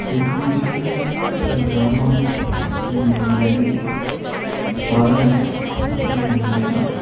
Vignesh Jeno Jeni Valan Naseena